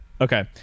Okay